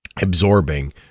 absorbing